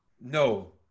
no